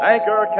Anchor